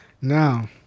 Now